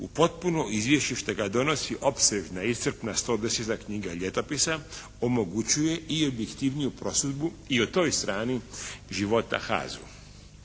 u potpuno izvješće što ga donosi opsežna iscrpna knjiga "110 ljetopisa" omogućuje i objektivniju prosudbu i o toj strani života HAZ-u.